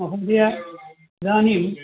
महोदय इदानीम्